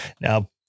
Now